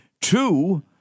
two